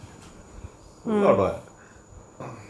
சொல்லுடா:solludaa